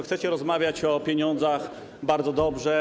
Chcecie rozmawiać o pieniądzach - bardzo dobrze.